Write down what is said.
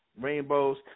rainbows